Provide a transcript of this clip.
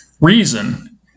Reason